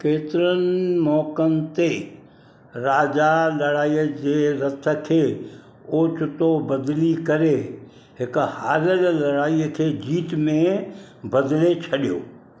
केतिरनि मौक़नि ते राजा लड़ाईअ जे रथ खे ओचितो बदिली करे हिकु हारियलु लड़ाईअ खे जीत में बदिले छॾियो